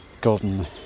golden